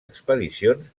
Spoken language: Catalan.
expedicions